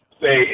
say